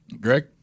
Greg